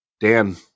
Dan